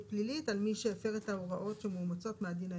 פלילית על מי שהפר את ההוראות שמאומצות מהדין האירופי.